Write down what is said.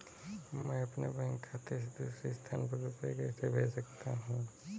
मैं अपने बैंक खाते से दूसरे स्थान पर रुपए कैसे भेज सकता हूँ?